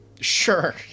Sure